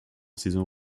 saison